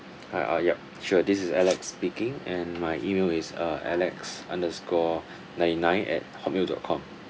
a'ah yup sure this is alex speaking and my email is uh alex underscore ninety nine at hotmail dot com